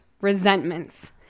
resentments